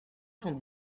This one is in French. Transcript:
cent